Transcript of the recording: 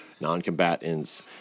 non-combatants